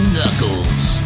Knuckles